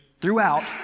throughout